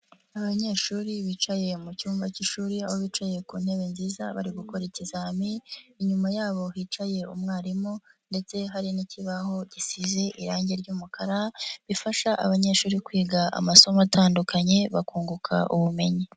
Abanyeshuri bicaye mu cyumba cy'ishuri aho bicaye ku ntebe nziza bari gukora ikizamini, inyuma yabo hicaye umwarimu ndetse hari n'ikibaho gisize irange ry'umukara, bifasha abanyeshuri kwiga amasomo atandukanye, bakunguka ubumenyi.